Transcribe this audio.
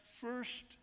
first